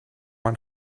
man